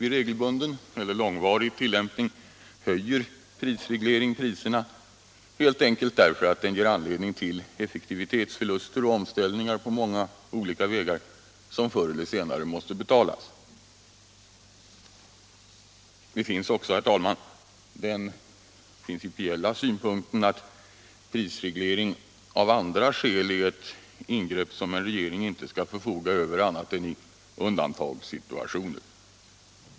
Vid regelbunden eller långvarig tillämpning höjer prisreglering = ringslagen priserna helt enkelt därför att den ger anledning till effektivitetsförluster och omställningar på många olika vägar som förr eller senare måste betalas. Det finns också, herr talman, den principiella synpunkten att prisreglering av andra skäl är ett ingrepp som en regering inte skall förfoga över annat än i undantagssituationer.